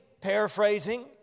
paraphrasing